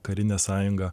karinę sąjungą